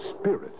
spirit